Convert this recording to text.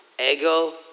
ego